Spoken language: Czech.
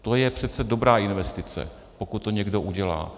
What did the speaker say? To je přece dobrá investice, pokud to někdo udělá.